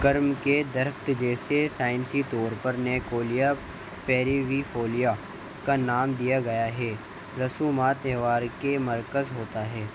کرم کے درخت جیسے سائنسی طور پر نیکولیا پیریویفولیا کا نام دیا گیا ہے رسومات تہوار کے مرکز ہوتا ہے